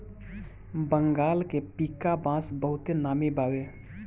बंगाल के पीका बांस बहुते नामी बावे